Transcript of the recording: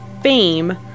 Fame